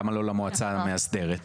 למה לא למועצה המאסדרת?